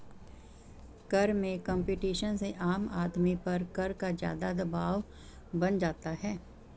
कर में कम्पटीशन से आम आदमी पर कर का ज़्यादा दवाब बन जाता है